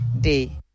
day